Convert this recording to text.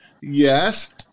Yes